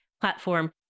platform